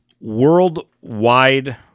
worldwide